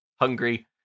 hungry